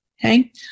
okay